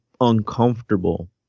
uncomfortable